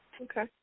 Okay